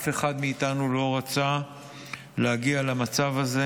אף אחד מאיתנו לא רצה להגיע למצב הזה,